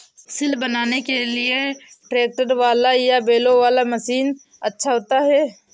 सिल बनाने के लिए ट्रैक्टर वाला या बैलों वाला मशीन अच्छा होता है?